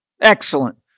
Excellent